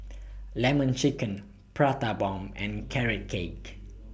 Lemon Chicken Prata Bomb and Carrot Cake